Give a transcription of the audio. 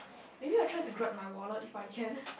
maybe I will try to grab my wallet if I can